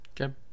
Okay